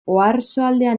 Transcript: oarsoaldean